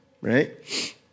right